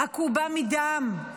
עקובה מדם,